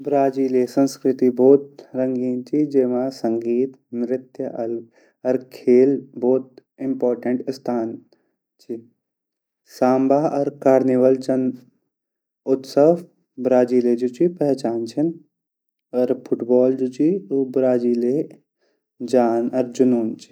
ब्राज़ीले संस्कृति भोत रंगीन ची जैमा संगीत, नृत्य अर खेल भोत इम्पोर्टेन्ट स्थान ची साम्भा अर कार्निवाल जन उत्सव ब्राज़ीले जु ची पहचान छिन अर फुटबॉल जु ची यु ब्रजीलो जान अर जूनून ची।